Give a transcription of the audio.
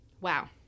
Wow